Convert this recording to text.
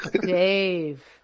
Dave